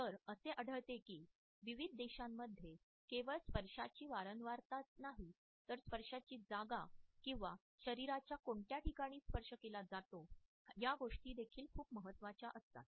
तर असे आढळते की विविध देशांमध्ये केवळ स्पर्शांची वारंवारताच नाही तर स्पर्शाची जागा किंवा शरीराचा कोणत्या ठिकाणी स्पर्श केला जातो या गोष्टी देखील खूप महत्त्वाच्या असतात